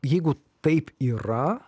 jeigu taip yra